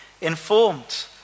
informed